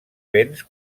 béns